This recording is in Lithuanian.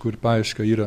kur paieška yra